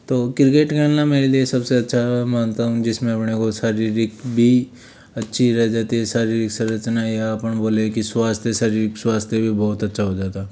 तो क्रिकेट खेलने मेरे लिए सबसे अच्छा मानता हूँ मैं जिसमें अपने को अच्छी रह जाती है शारीरिक संरचना या अपन बोले कि स्वास्थ्य शरीर स्वास्थ्य भी बहुत अच्छा हो जाता है